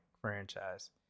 franchise